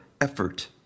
effort